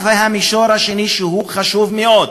בעתיד, אבל הקו, המישור השני, שהוא חשוב מאוד,